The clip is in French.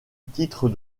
titre